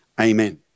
Amen